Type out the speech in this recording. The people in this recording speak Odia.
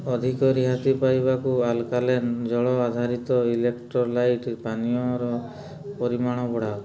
ଅଧିକ ରିହାତି ପାଇବାକୁ ଆଲ୍କାଲେନ୍ ଜଳ ଆଧାରିତ ଇଲେକ୍ଟ୍ରୋଲାଇଟ୍ ପାନୀୟର ପରିମାଣ ବଢ଼ାଅ